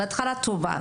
זה התחלה טובה,